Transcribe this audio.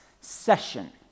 session